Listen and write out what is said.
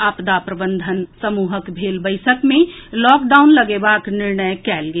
आपदा प्रबंधन समूहक भेल बैसक मे लॉकडाउन लबएबाक निर्णय कएल गेल